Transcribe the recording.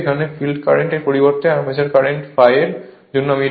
এখানে field current এর পরিবর্তে আর্মেচার কারেন্ট ∅ এর জন্য আমরা এটিকে If পেয়েছি